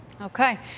Okay